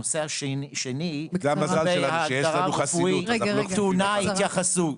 הנושא השני, ההגדרה הרפואית טעונה התייחסות.